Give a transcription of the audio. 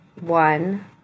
one